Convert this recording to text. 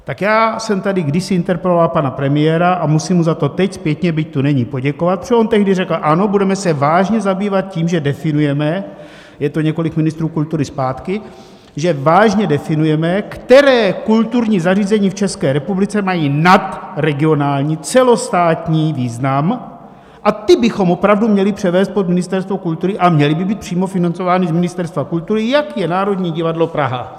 Tak já jsem tady kdysi interpeloval pana premiéra a musím mu za to teď zpětně, byť tu není, poděkovat, co on tehdy řekl: ano, budeme se vážně zabývat tím, že definujeme je to několik ministrů kultury zpátky že vážně definujeme, která kulturní zařízení v České republice mají nadregionální, celostátní význam, a ta bychom opravdu měli převést pod Ministerstvo kultury a měla by být přímo financována z Ministerstva kultury, jak je Národní divadlo Praha.